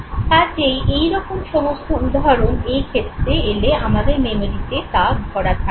কাজেই এইরকম সমস্ত উদাহরণ এ ক্ষেত্রে এলে আমাদের মেমোরিতে তা ধরা থাকবে